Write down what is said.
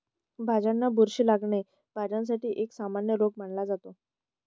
भाज्यांना बुरशी लागणे, भाज्यांसाठी एक सामान्य रोग मानला जातो